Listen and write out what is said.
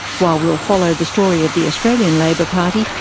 while we'll follow the story of the australian labor party,